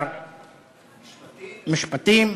צר משפטים.